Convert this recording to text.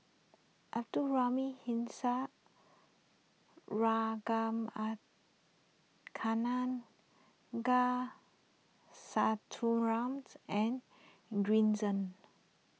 Abdul Rahim and Green Zeng